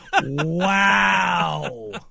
Wow